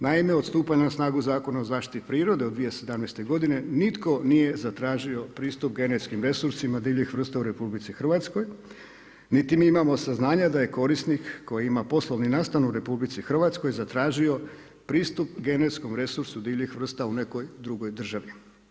Naime, od stupanja na snagu Zakona o zaštiti prirode u 2017. godine nitko nije zatražio pristup genetskim resursima divljih vrsta u RH niti mi imamo saznanja da je korisnik koji ima poslovni nastan u RH zatražio pristup genetskim resursima divljih vrsta u nekoj drugoj državi.